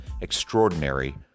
extraordinary